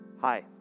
Hi